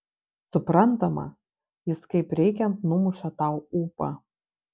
suprantama jis kaip reikiant numuša tau ūpą